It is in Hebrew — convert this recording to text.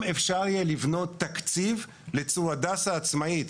אפשר יהיה לבנות תקציב לצור הדסה עצמאית,